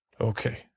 Okay